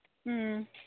ꯎꯝ